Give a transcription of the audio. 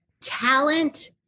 talent